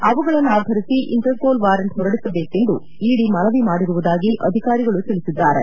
ಅವುಗಳನ್ನು ಆಧರಿಸಿ Interpol warrant ಹೊರಡಿಸಬೇಕು ಎಂದು ಇಡಿ ಮನವಿ ಮಾಡಿರುವುದಾಗಿ ಅಧಿಕಾರಿಗಳು ತಿಳಿಸಿದ್ದಾರೆ